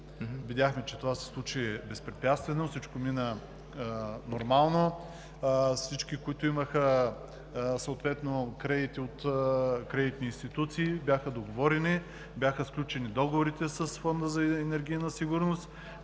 Видяхме, че това се случи безпрепятствено, всичко мина нормално. Всички, които имаха кредити от кредитни институции, бяха договорени, бяха сключени договорите с Фонда за енергийна сигурност.